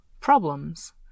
problems